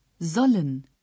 Sollen